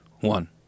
One